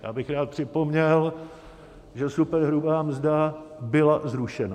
Já bych rád připomněl, že superhrubá mzda byla zrušena.